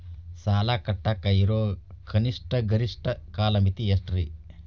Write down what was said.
ಸಾಲ ಕಟ್ಟಾಕ ಇರೋ ಕನಿಷ್ಟ, ಗರಿಷ್ಠ ಕಾಲಮಿತಿ ಎಷ್ಟ್ರಿ?